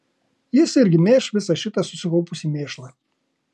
jis irgi mėš visą šitą susikaupusį mėšlą